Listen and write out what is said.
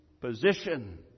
position